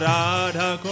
Radha